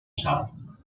sal